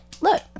Look